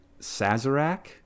Sazerac